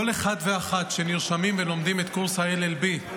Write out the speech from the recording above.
כל אחד ואחת שנרשמים ולומדים את קורס ה-L.L.B,